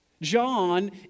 John